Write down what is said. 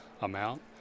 amount